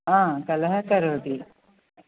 हा कलहं करोति